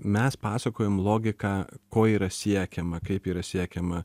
mes pasakojam logiką ko yra siekiama kaip yra siekiama